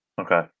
okay